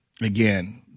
again –